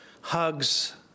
hugs